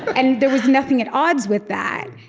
and there was nothing at odds with that.